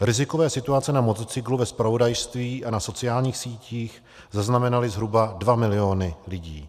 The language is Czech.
Rizikové situace na motocyklu ve zpravodajství a na sociálních sítích zaznamenaly zhruba 2 mil. lidí.